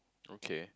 okay